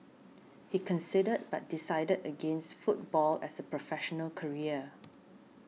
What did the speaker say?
he considered but decided against football as a professional career